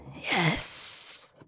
Yes